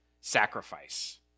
sacrifice